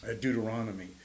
Deuteronomy